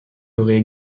auraient